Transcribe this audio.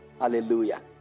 Hallelujah